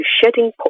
shedding